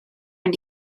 and